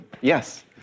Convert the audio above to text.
yes